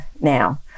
now